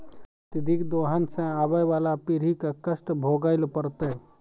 अत्यधिक दोहन सें आबय वाला पीढ़ी क कष्ट भोगै ल पड़तै